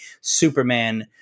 Superman